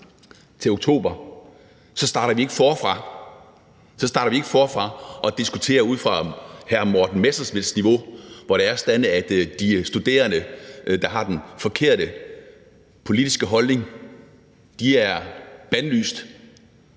til oktober, ikke starter forfra og diskuterer ud fra hr. Morten Messerschmidts niveau, hvor det er sådan, at de studerende, der har den forkerte politiske holdning, er bandlyst